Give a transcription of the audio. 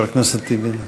חבר הכנסת טיבי,